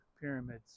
pyramids